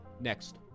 next